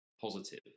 positive